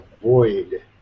avoid